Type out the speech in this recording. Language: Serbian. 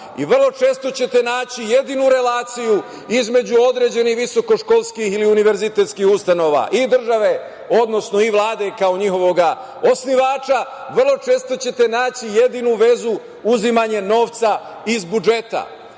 Vrlo često ćete naći jedinu relaciju između određenih visokoškolskih ili univerzitetskih ustanova i države, odnosno Vlade kao njihovog osnivača, vrlo često ćete naći jedinu vezu uzimanje novca iz budžeta. Gospodo